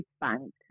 Bank